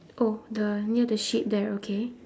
oh the near the sheep there okay